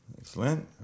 Excellent